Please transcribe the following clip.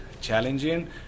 challenging